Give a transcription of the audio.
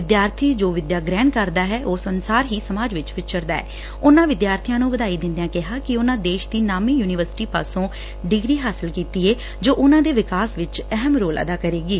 ਵਿਦਿਆਰਥੀ ਜੋ ਵਿਦਿਆ ਗ੍ਰਹਿਣ ਕਰਦਾ ਐ ਉਸ ਅਨੁਸਾਰ ਹੀ ਸਮਾਜ ਵਿਚ ਵਿਚਰਦਾ ਏ ਉਨਾਂ ਵਿਦਿਆਰਬੀਆਂ ਨੂੰ ਵਧਾਈ ਦਿਦਿਆ ਕਿਹਾ ਕਿ ਉਨਾਂ ਦੇਸ਼ ਦੀ ਨਾਮੀ ਯੁਨੀਵਰਸਿਟੀ ਪਾਸੋਂ ਡਿਗਰੀ ਹਾਸਲ ਕੀਤੀ ਏ ਜੋ ਉਨੂਾਂ ਦੇ ਵਿਕਾਸ ਵਿਚ ਅਹਿਮ ਰੋਲ ਅਦਾ ਕਰੇਗੀ